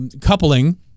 coupling